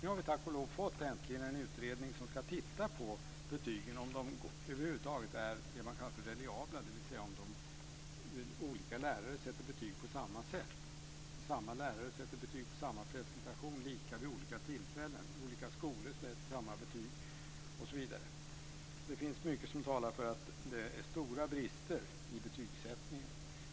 Nu har vi tack och lov äntligen fått en utredning som ska se över betygen, om de över huvud taget är vad man kallar reliabla, dvs. om olika lärare sätter betyg på samma sätt, om samma lärare sätter betyg på samma presentation lika vid olika tillfällen, om olika skolor sätter betyg på samma sätt, osv. Det finns mycket som talar för att det är stora brister i betygssättningen.